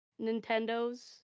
Nintendos